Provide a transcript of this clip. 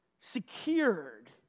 secured